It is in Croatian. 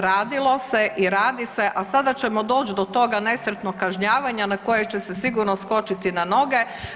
Radilo se i radi se, a sada ćemo doći do toga nesretnog kažnjavanja na koje će sigurno skočiti na noge.